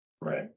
Right